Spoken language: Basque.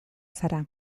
zara